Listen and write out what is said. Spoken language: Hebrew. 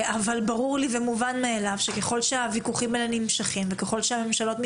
ברור לי ומובן מאליו שככל שהוויכוחים האלה נמשכים והממשלות מתחלפות,